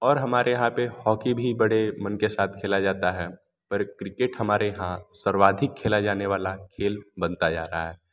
और हमारे यहाँ पर हॉकी भी बड़े मन के साथ खेला जाता है पर क्रिकेट हमारे यहाँ सर्वाधिक खेला जाने वाला खेल बनता जा रहा है